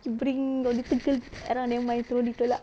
you bring your little girl around then my trolley tolak